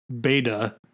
beta